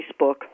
Facebook